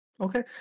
Okay